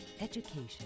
education